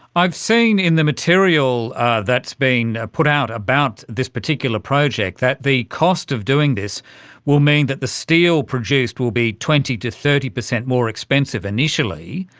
i've seen in the material that's been put out about this particular project that the cost of doing this will mean that the steel produced will be twenty percent to thirty percent more expensive initially.